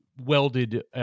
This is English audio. welded